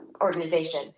organization